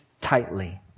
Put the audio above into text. tightly